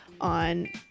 on